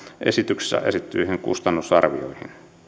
esityksessä esitettyihin kustannusarvoihin